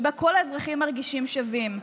שבה כל האזרחים מרגישים שווים.